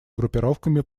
группировками